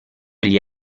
gli